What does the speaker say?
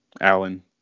Alan